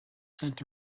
sent